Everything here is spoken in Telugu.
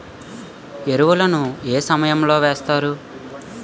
ఎరువుల ను ఏ సమయం లో వేస్తారు?